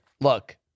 Look